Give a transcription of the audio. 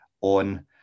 on